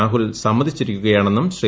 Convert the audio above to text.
രാഹുൽ സമ്മതിച്ചിരിക്കുകയാണെന്നും ശ്രീ